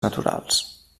naturals